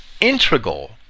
integral